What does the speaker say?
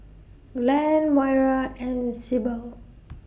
Glenn Moira and Syble